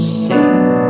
sing